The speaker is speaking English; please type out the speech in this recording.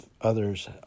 others